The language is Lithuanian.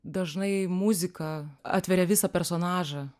dažnai muzika atveria visą personažą